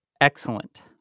Excellent